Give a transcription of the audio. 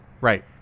Right